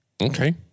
Okay